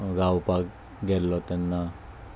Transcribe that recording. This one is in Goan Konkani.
गावपाक गेल्लो तेन्ना